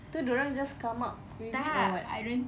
tu dia orang just come up with or what